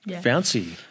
fancy